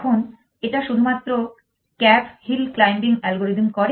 এখন এটা শুধুমাত্র ক্যাপ হিল ক্লাইম্বিং অ্যালগোরিদম করে